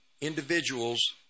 individuals